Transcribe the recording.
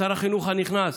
לשר החינוך הנכנס